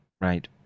Right